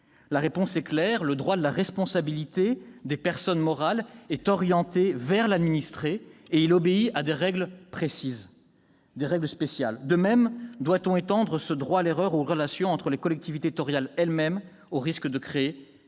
La réponse est claire : le droit de la responsabilité des personnes morales est orienté vers l'administré et il obéit à des règles spéciales. De même, doit-on étendre ce droit à l'erreur aux relations entre les collectivités elles-mêmes, au risque de créer